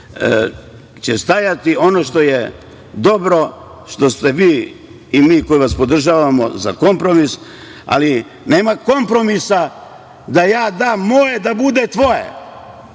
će stajati. Ono što je dobro je što ste vi, a i mi koji vas podržavamo, za kompromis, ali nema kompromisa da ja dam moje da bude tvoje